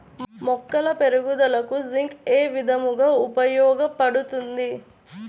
మొక్కల పెరుగుదలకు జింక్ ఏ విధముగా ఉపయోగపడుతుంది?